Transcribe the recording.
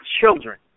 children